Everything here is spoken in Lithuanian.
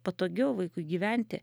patogiau vaikui gyventi